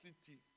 city